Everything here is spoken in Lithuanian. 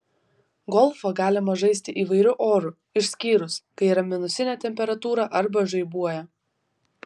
golfą galima žaisti įvairiu oru išskyrus kai yra minusinė temperatūra arba žaibuoja